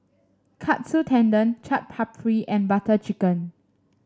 Katsu Tendon Chaat Papri and Butter Chicken